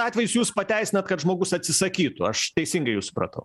atvejus jūs pateisinat kad žmogus atsisakytų aš teisingai jus supratau